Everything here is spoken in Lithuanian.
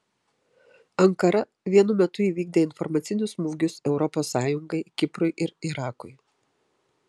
ankara vienu metu įvykdė informacinius smūgius europos sąjungai kiprui ir irakui